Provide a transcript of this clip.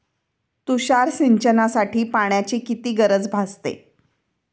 तुषार सिंचनासाठी पाण्याची किती गरज भासते?